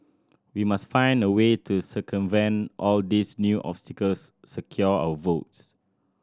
we must find a way to circumvent all these new obstacles secure our votes